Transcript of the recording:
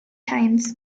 times